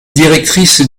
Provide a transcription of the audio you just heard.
directrice